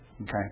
Okay